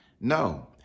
No